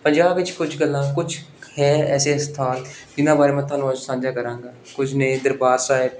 ਪੰਜਾਬ ਵਿੱਚ ਕੁਛ ਗੱਲਾਂ ਕੁਛ ਹੈ ਐਸੇ ਸਥਾਨ ਜਿਨ੍ਹਾਂ ਬਾਰੇ ਮੈਂ ਤੁਹਾਨੂੰ ਅੱਜ ਸਾਂਝਾ ਕਰਾਂਗਾ ਕੁਝ ਨੇ ਦਰਬਾਰ ਸਾਹਿਬ